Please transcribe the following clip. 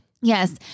Yes